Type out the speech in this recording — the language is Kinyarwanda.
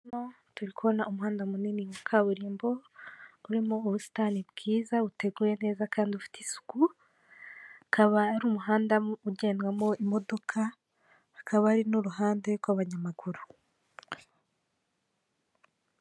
Hano turiko umuhanda munini wa kaburimbo urimo ubusitani bwiza buteguye neza kandi ufite isuku, ukaba ari umuhanda ugendwamo imodoka akaba ari n'uruhande rw'abanyamaguru.